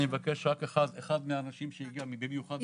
אני מבקש רק אחד מהאנשים שהגיע לכאן במיוחד מחיפה.